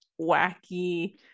wacky